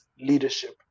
leadership